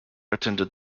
attended